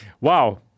Wow